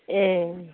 ए